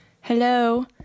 Hello